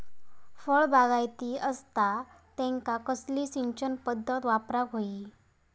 फळबागायती असता त्यांका कसली सिंचन पदधत वापराक होई?